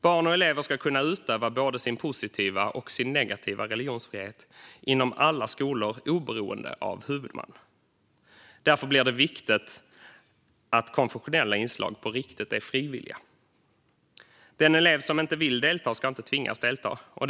Barn och elever ska kunna utöva både sin positiva och sin negativa religionsfrihet inom alla skolor oberoende av huvudman. Därför blir det viktigt att konfessionella inslag på riktigt är frivilliga. Den elev som inte vill delta ska inte tvingas att delta.